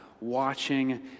watching